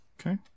okay